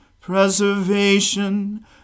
preservation